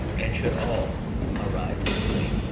and should all arrive too late.